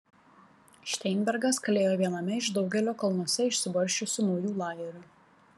šteinbergas kalėjo viename iš daugelio kalnuose išsibarsčiusių naujų lagerių